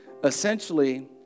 Essentially